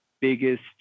biggest